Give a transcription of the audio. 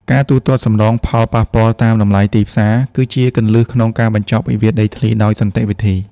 ការទូទាត់សំណងផលប៉ះពាល់តាមតម្លៃទីផ្សារ គឺជាគន្លឹះក្នុងការបញ្ចប់វិវាទដីធ្លីដោយសន្តិវិធី។